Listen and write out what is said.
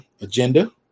agenda